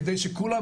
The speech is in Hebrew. כדי שכולם,